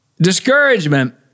Discouragement